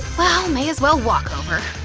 well, may as well walk over.